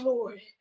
Lord